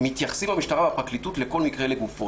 המשטרה והפרקליטות מתייחסות לכל מקרה לגופו.